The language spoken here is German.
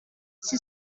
sie